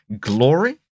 glory